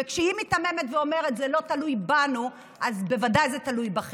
וכשהיא מיתממת ואומרת: זה לא תלוי בנו,